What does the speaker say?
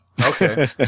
Okay